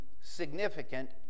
significant